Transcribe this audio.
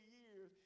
years